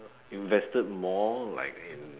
invested more like in